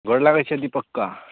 गोर लागै छिअ दीपक कका